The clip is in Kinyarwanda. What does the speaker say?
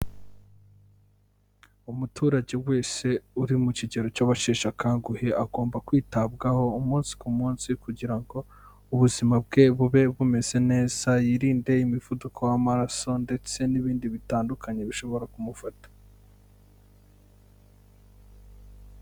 Umuturage wese, uri mu kigero cy'abasheshe akanguhe agomba kwitabwaho, umunsi ku munsi kugira ngo ubuzima bwe bube bumeze neza yirinde imivuduko w'amaraso, ndetse n'ibindi bitandukanye bishobora kumufata.